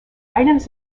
items